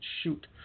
Shoot